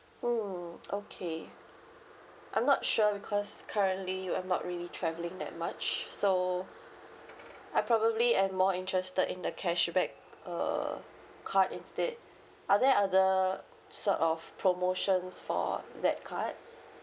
mm okay I'm not sure because currently I'm not really travelling that much so I probably am more interested in the cashback uh card instead are there other sort of promotions for that card